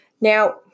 Now